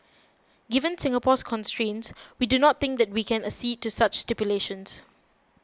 given Singapore's constraints we do not think that we can accede to such stipulations